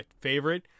favorite